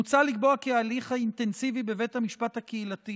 מוצע לקבוע כי ההליך האינטנסיבי בבית המשפט הקהילתי